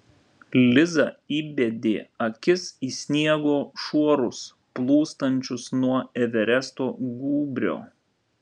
liza įbedė akis į sniego šuorus plūstančius nuo everesto gūbrio